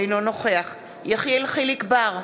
אינו נוכח יחיאל חיליק בר,